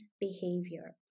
behavior